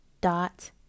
dot